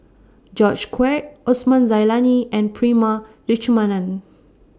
George Quek Osman Zailani and Prema Letchumanan